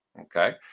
Okay